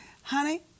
Honey